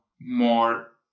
more